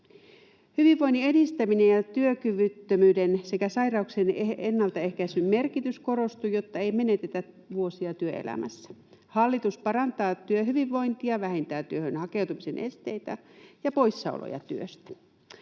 Hyvinvoinnin edistämisen ja työkyvyttömyyden sekä sairauksien ennaltaehkäisyn merkitys korostuu, jotta ei menetetä vuosia työelämässä. Hallitus parantaa työhyvinvointia, vähentää työhön hakeutumisen esteitä ja poissaoloja työstä.